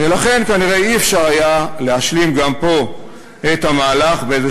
ולכן כנראה לא היה אפשר להשלים גם פה את המהלך באיזה